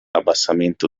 abbassamento